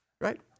right